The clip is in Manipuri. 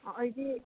ꯑꯥ ꯑꯩꯗꯤ